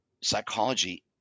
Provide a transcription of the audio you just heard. psychology